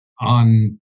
on